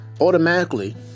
Automatically